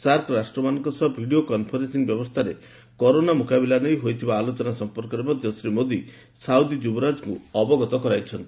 SAARC ରାଷ୍ଟ୍ରମାନଙ୍କ ସହ video conferencing ବ୍ୟବସ୍ଥାରେ କରୋନା ମ୍ରକାବିଲା ନେଇ ହୋଇଥିବା ଆଲୋଚନା ସଂପର୍କରେ ମଧ୍ୟ ଶ୍ରୀ ମୋଦି ସାଉଦୀ ଯୁବରାଜଙ୍କୁ ଅବଗତ କରାଇଛନ୍ତି